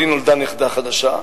לי נולדה נכדה חדשה.